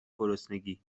گرسنگی